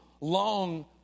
long